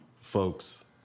Folks